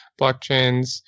blockchains